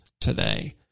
today